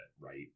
Right